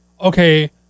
okay